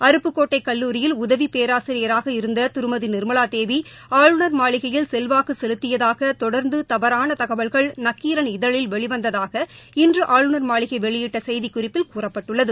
அருப்புக்கோட்டை கல்லூரில் உதவி பேராசிரியராக இருந்த திருமதி நிர்மவா தேவி ஆளுநர் மாளிகையில் செல்வாக்கு செலுத்தியதாக தொடர்ந்து தவறான தகவல்கள் நக்கீரன் இதழில் வெளி வந்ததாக இன்று ஆளுநர் மாளிகை வெளியிட்ட செய்திக்குறிப்பில் கூறப்பட்டுள்ளது